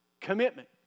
commitment